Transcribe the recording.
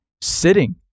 sitting